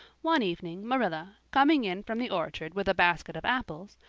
one evening marilla, coming in from the orchard with a basket of apples,